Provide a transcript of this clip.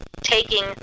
taking